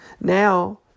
now